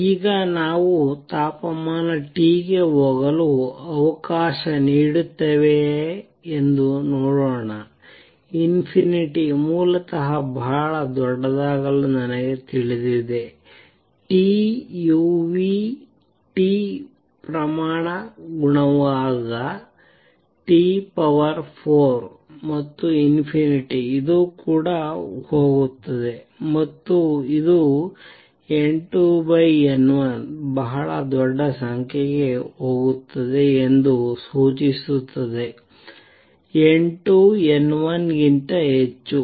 ಈಗ ನಾವು ತಾಪಮಾನ T ಗೆ ಹೋಗಲು ಅವಕಾಶ ನೀಡುತ್ತೇವೆಯೇ ಎಂದು ನೋಡೋಣ ∞ ಮೂಲತಃ ಬಹಳ ದೊಡ್ಡದಾಗಲು ನನಗೆ ತಿಳಿದಿದೆ T uT ಪ್ರಮಾಣಾನುಗುಣವಾದ T4 ಮತ್ತು ಇದು ಕೂಡ ಹೋಗುತ್ತದೆ ಮತ್ತು ಇದು N2N1 ಬಹಳ ದೊಡ್ಡ ಸಂಖ್ಯೆಗೆ ಹೋಗುತ್ತದೆ ಎಂದು ಸೂಚಿಸುತ್ತದೆ N2 N1ಗಿಂತ ಹೆಚ್ಚು